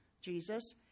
Jesus